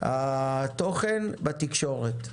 התוכן בתקשורת.